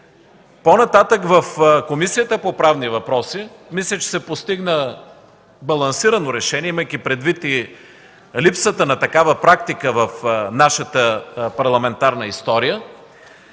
По-нататък в Комисията по правни въпроси мисля, че се постигна балансирано решение, имайки предвид и липсата на такава практика в нашата парламентарна история